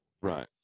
Right